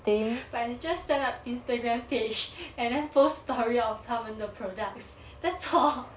but it's just set up instagram page and then post story of 他们的 products that's all